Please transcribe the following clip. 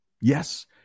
Yes